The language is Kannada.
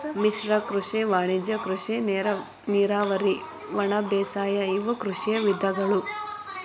ಮಿಶ್ರ ಕೃಷಿ ವಾಣಿಜ್ಯ ಕೃಷಿ ನೇರಾವರಿ ಒಣಬೇಸಾಯ ಇವು ಕೃಷಿಯ ವಿಧಗಳು